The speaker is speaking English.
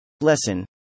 Lesson